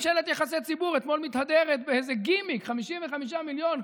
ממשלת יחסי ציבור אתמול מתהדרת באיזה גימיק: 55 מיליון,